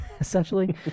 essentially